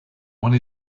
one